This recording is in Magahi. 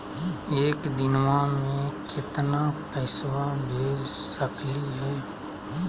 एक दिनवा मे केतना पैसवा भेज सकली हे?